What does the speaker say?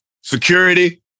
security